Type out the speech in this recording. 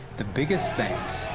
the biggest banks,